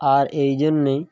আর এই জন্যেই